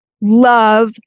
love